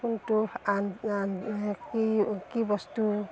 কোনটো আন আন কি কি বস্তু